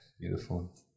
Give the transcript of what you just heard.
beautiful